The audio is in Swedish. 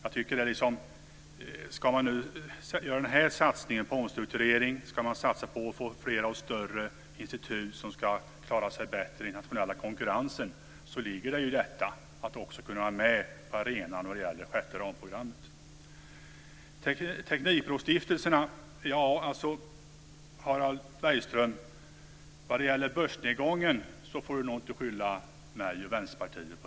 Ska man göra den här satsningen på omstrukturering och satsa på att få fler och större institut att klara sig bättre i den internationella konkurrensen, så ligger i detta att också kunna vara med på arenan när det gäller det sjätte ramprogrammet. Beträffande teknikbrostiftelserna, Harald Bergström, får nog börsnedgången inte skyllas på mig och Vänsterpartiet.